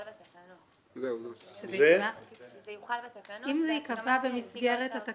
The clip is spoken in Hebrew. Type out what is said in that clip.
עכשיו בתקנות כי זה לא התהליך שהוסכם וסודר אבל זה נכנס לתוך